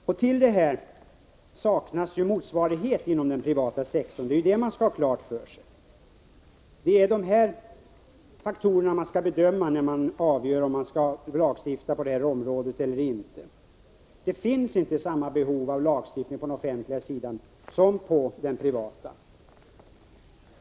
Man skall ha klart för sig att det inom den privata sektorn saknas motsvarighet till detta. Det är de här faktorerna som man skall bedöma när man avgör om det skall lagstiftas eller inte på det här området. Man har på den offentliga sidan med andra ord inte samma behov av lagstiftning som på den privata.